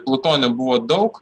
plutonio buvo daug